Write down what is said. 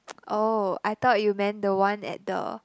oh I thought you meant the one at the